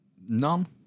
None